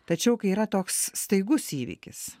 tačiau kai yra toks staigus įvykis